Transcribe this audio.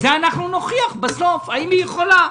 את זה אנחנו נוכיח בסוף, האם היא יכולה.